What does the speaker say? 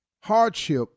hardship